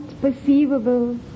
perceivable